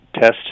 test